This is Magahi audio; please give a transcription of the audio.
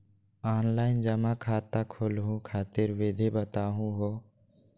ऑनलाइन जमा खाता खोलहु खातिर विधि बताहु हो?